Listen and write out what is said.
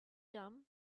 dumb